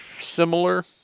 similar